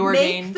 make